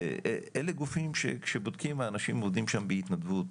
אלה גופים שכשבודקים האנשים עובדים שם בהתנדבות,